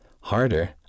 Harder